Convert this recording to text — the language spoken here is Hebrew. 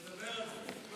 נדבר על זה.